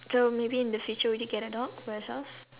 so maybe in the future will you get a dog for yourself